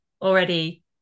already